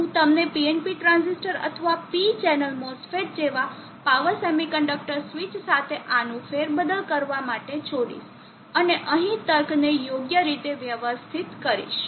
હું તમને PNP transistor અથવા P ચેનલ MOSFET જેવા પાવર સેમિકન્ડક્ટર સ્વીચ સાથે આનું ફેરબદલ કરવા માટે છોડીશ અને અહીં તર્કને યોગ્ય રીતે વ્યવસ્થિત કરીશ